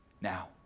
now